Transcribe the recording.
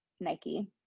Nike